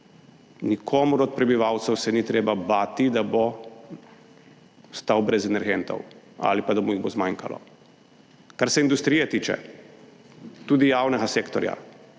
Nikomur od prebivalcev se ni treba bati, da bo ostal brez energentov ali pa da mu jih bo zmanjkalo. Kar se industrije tiče, tudi javnega sektorja.